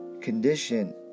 condition